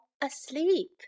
asleep